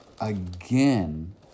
again